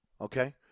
Okay